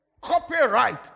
copyright